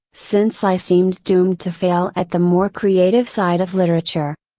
since i seemed doomed to fail at the more creative side of literature.